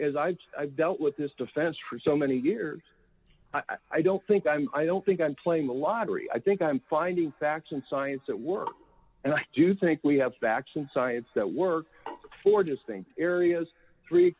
as i've said i've dealt with this defense for so many years i don't think i'm i don't think i'm playing the lottery i think i'm finding facts and science at work and i do think we have facts in science that work for just being areas three